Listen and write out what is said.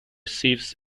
sieves